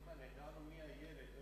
הבנו מי הילד.